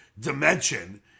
dimension